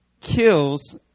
kills